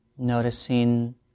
Noticing